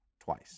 twice